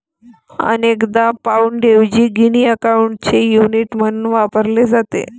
अनेकदा पाउंडऐवजी गिनी अकाउंटचे युनिट म्हणून वापरले जाते